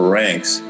ranks